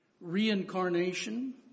reincarnation